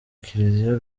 kiliziya